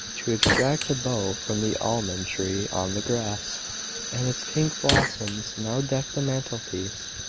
to abstract a bough from the almond tree on the grass and its pink blossoms now decked the mantelpiece.